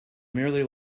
merely